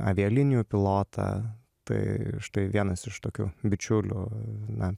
avialinijų pilotą tai štai vienas iš tokių bičiulių na